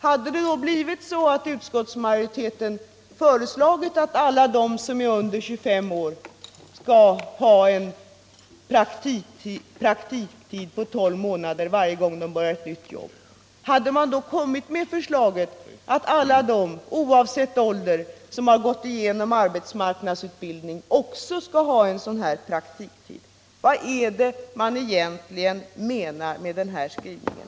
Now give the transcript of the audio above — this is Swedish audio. Hade utskottsmajoriteten då för Nr 33 reslagit att alla de som är under 25 år skall ha en praktiktid på tolv månader varje gång de börjar ett nytt jobb? Hade man då kommit med förslaget att alla de, oavsett ålder, som har gått igenom arbetsmarknads= = utbildning också skall ha en sådan praktiktid? Vad är det man egentligen — Anställningsskydd, menar med den här skrivningen?